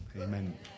Amen